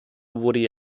woody